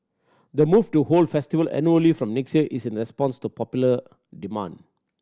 the move to hold the festival annually from next year is in response to popular demand